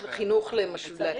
לחייב.